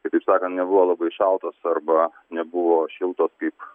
kitaip sakant nebuvo labai šaltos arba nebuvo šiltos kaip